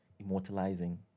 Immortalizing